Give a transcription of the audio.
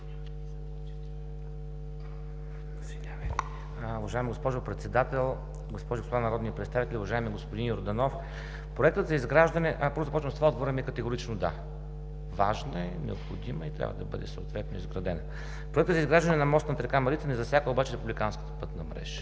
Уважаема госпожо Председател, госпожи и господа народни представители, уважаеми господин Йорданов! Първо ще започна с това: отговорът ми е категорично „Да!“. Важна е, необходима е и трябва да бъде съответно изградена. Пътят за изграждане на мост над река Марица не засяга обаче републиканската пътна мрежа.